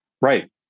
right